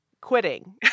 quitting